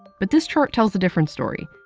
but this chart tells a different story.